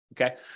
Okay